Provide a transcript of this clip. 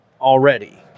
already